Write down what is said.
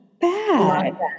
bad